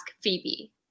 Phoebe